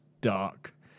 dark